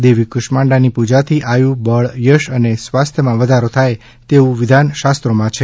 દેવી કુષ્માંડાની પૂજાથી આયુ બળ યશ અને સ્વાસ્થ્યમાં વધારો થાય તેવું વિધાન શસ્ત્રોમાં છે